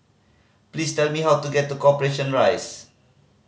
please tell me how to get to Corporation Rise